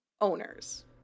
owners